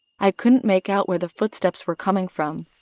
i couldn't make out where the footsteps were coming from.